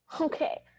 Okay